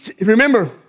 remember